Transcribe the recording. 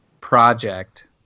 project